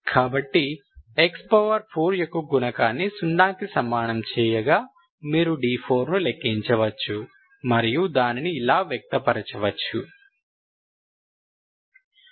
కాబట్టి x4యొక్క గుణకాన్ని సున్నాకి సమానం చేయగా మీరు d4 ని లెక్కించవచ్చు మరియు దానిని ఇలా వ్యక్తపరచవచ్చు d4d0242